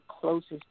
closest